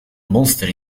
monster